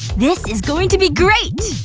this is going to be great